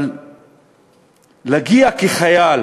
אבל להגיע כחייל